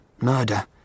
murder